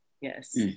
yes